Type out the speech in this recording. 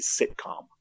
sitcom